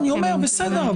בסדר,